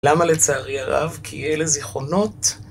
למה לצערי הרב? כי אלה זיכרונות.